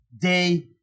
day